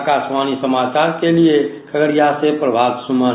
आकाशवाणी समाचार के लिए खगडिया से प्रभात सुमन